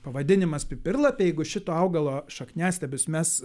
pavadinimas pipirlapė jeigu šito augalo šakniastiebius mes